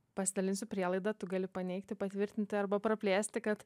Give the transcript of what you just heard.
pasidalinsiu prielaida tu gali paneigti patvirtinti arba praplėsti kad